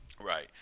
Right